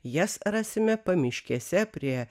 jas rasime pamiškėse prie